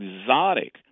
exotic